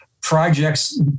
projects